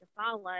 follow